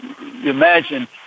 imagine